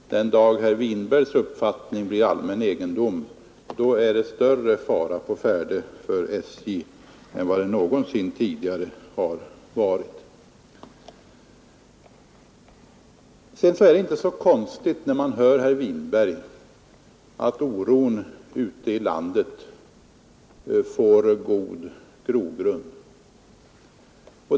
Den dag herr Winbergs uppfattning blir allmän egendom är det större fara å färde för SJ än det någonsin tidigare varit. När man hör herr Winberg är det inte så konstigt att oron ute i landet får god grogrund.